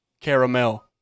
caramel